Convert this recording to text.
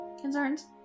Concerns